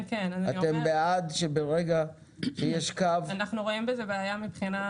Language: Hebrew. אתם בעד שברגע שיש קו --- אנחנו רואים בזה בעיה מבחינת